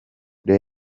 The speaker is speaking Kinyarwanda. the